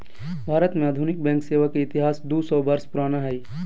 भारत में आधुनिक बैंक सेवा के इतिहास दू सौ वर्ष पुराना हइ